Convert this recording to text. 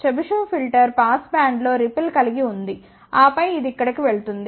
Chebyshev filter pass బ్యాండ్లో ripple కలిగి ఉంది ఆపై అది ఇక్కడకు వెళుతోంది